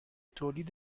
تولید